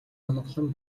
амгалан